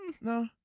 No